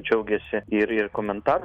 džiaugiasi ir ir komentarų